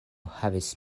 havis